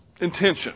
intention